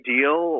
Deal